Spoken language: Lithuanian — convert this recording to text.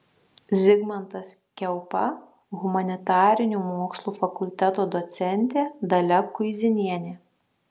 zigmantas kiaupa humanitarinių mokslų fakulteto docentė dalia kuizinienė